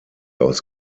aus